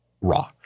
raw